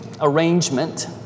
arrangement